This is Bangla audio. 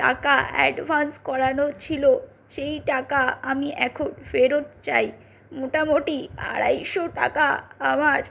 টাকা অ্যাডভান্স করানো ছিলো সেই টাকা আমি এখন ফেরত চাই মোটামুটি আড়াইশো টাকা আমার